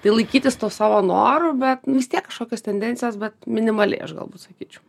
tai laikytis to savo noro bet vis tiek kažkokias tendencijas bet minimaliai aš galbūt sakyčiau